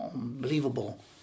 unbelievable